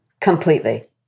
Completely